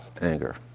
anger